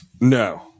No